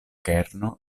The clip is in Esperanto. kerno